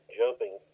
jumping